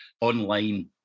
online